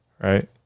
right